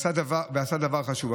דבר חשוב.